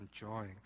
enjoying